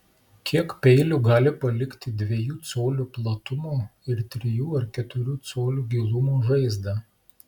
kiek peilių gali palikti dviejų colių platumo ir trijų ar keturių colių gilumo žaizdą